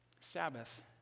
Sabbath